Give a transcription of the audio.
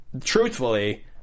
truthfully